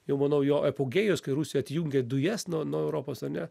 jau manau jo apogėjus kai rusija atjungė dujas nuo nuo europos ane